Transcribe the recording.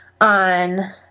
on